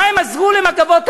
מה הם עזרו ל"מגבות ערד"?